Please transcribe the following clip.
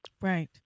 Right